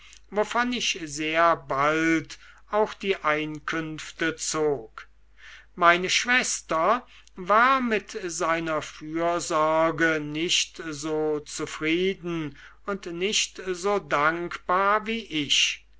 wovon ich sehr bald auch die einkünfte zog meine schwester war mit seiner fürsorge nicht so zufrieden und nicht so dankbar wie ich